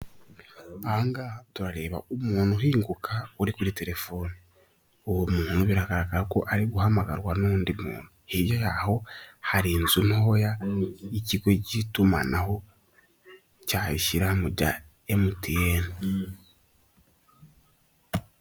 Ahaha turareba umuntu uhinguka uri kuri telefoni uwo muntu biragaragara ko ari guhamagarwa n'undi muntu hirya yaho hari inzu ntoya y'ikigo cy'itumanaho cya ishyirahamwe rya emutiyene.